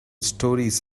stories